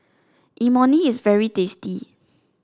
Imoni is very tasty